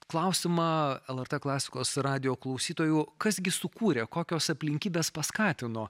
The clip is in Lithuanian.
klausimą lrt klasikos radijo klausytojų kas gi sukūrė kokios aplinkybės paskatino